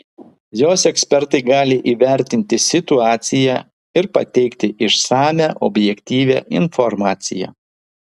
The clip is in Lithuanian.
jos ekspertai gali įvertinti situaciją ir pateikti išsamią objektyvią informaciją